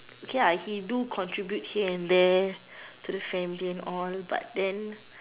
okay ah he do contribute here and there to the family and all but then